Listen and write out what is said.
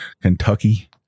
Kentucky